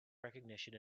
recognition